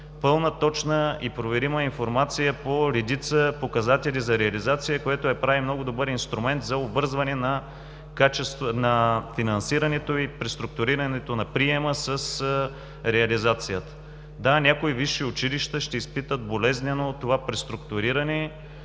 пълна, точна и проверима информация по редица показатели за реализация, което я прави много добър инструмент за обвързване на финансирането и преструктурирането на приема с реализацията. Да, някои висши училища ще изпитат болезнено това преструктуриране,